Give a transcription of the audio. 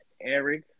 Eric